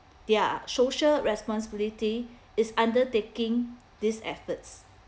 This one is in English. their social responsibility is undertaking these efforts